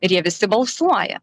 ir jie visi balsuoja